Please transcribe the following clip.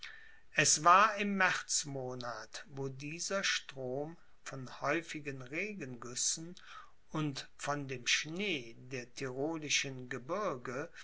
es war im märzmonat wo dieser strom von häufigen regengüssen und von dem schnee der tirolischen gebirge